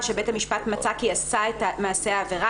או שבית המשפט מצא כי עשה את מעשה העבירה